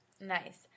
Nice